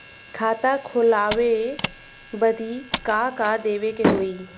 खाता खोलावे बदी का का देवे के होइ?